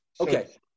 Okay